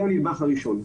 זה הנדבך הראשון.